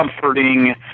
comforting